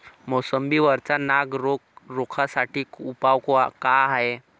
मोसंबी वरचा नाग रोग रोखा साठी उपाव का हाये?